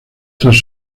tras